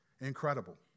incredible